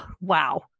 wow